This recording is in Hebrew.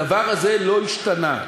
הדבר הזה לא השתנה.